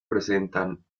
presentan